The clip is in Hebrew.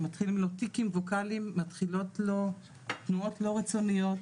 מתחילים לו טיקים ווקאליים, מתחילות לו תנועות לא רצוניות,